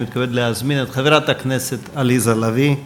אני מתכבד להזמין את חברת הכנסת עליזה לביא,